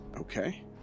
Okay